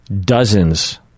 dozens